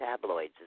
tabloids